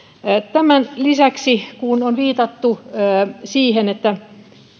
tämän lisäksi kun on viitattu siihen että